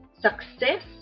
success